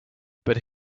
but